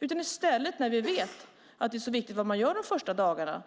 Vi vet ju att det är så viktigt vad man gör de första dagarna.